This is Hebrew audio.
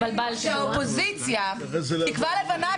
שהאופוזיציה- -- למה תקווה לבנה?